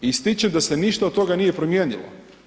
Ističem da se ništa od toga nije promijenilo.